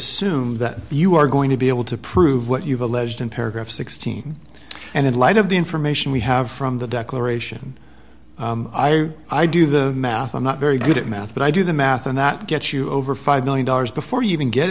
assume that you are going to be able to prove what you've alleged in paragraph sixteen and in light of the information we have from the declaration i i do the math i'm not very good at math but i do the math and that gets you over five million dollars before you can get